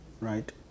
right